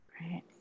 right